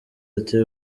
ati